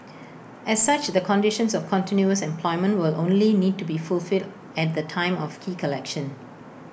as such the conditions of continuous employment will only need to be fulfilled at the time of key collection